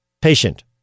patient